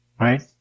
right